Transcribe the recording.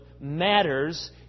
matters